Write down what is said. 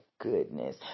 goodness